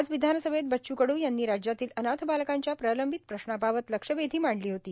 आज विधानसभेत बच्च् कडू यांनी राज्यातील अनाथ बालकांच्या प्रलंबित प्रश्नाबाबत लक्षवेधी मांडली होती